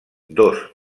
dos